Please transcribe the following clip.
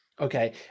Okay